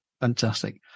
Fantastic